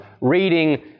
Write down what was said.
reading